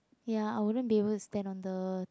ya I wouldn't be able to stand under